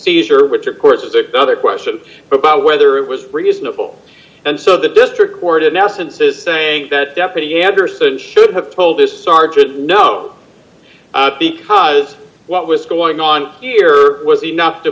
seizure which of course was the other question about whether it was reasonable and so the district court in essence is saying that deputy editor said should have told this sergeant no because what was going on here was enough to